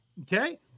Okay